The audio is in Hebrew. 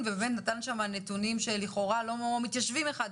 אבל הם ממש אמרו שהם צריכים מתנדבים מכל סוג שהוא,